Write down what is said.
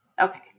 Okay